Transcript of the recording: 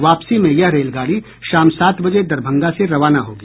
वापसी में यह रेलगाड़ी शाम सात बजे दरभंगा से रवाना होगी